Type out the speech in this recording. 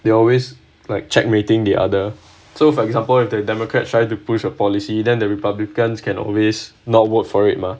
they're always like checkmating the other so for example if the democrats try to push a policy then the republicans can always not work for it mah